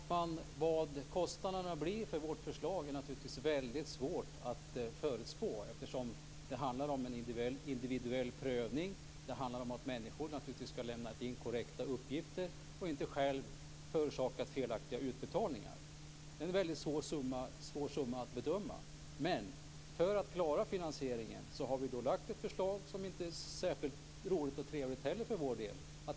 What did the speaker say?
Fru talman! Vad kostnaderna blir för vårt förslag är naturligtvis svårt att förutspå eftersom det handlar om en individuell prövning. Det handlar om att människor skall ha lämnat korrekta uppgifter och inte själva förorsakat felaktiga utbetalningar. Det är en svår summa att bedöma. För att klara finansieringen har vi lagt ett förslag som inte är särskilt roligt och trevligt för vår del.